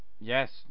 Yes